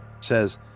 says